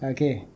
Okay